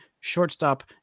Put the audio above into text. shortstop